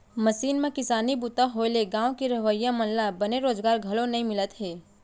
machine म किसानी बूता होए ले गॉंव के रहवइया मन ल बने रोजगार घलौ नइ मिलत हे